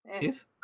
Yes